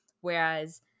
whereas